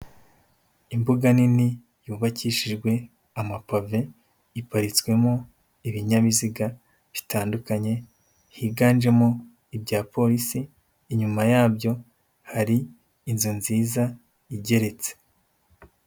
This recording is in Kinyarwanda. Imbuga nini yubakishijwe amapave iparitswemo ibinyabiziga bitandukanye higanjemo ibya polisi, inyuma yabyo hari inzu nziza igeretse.